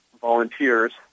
volunteers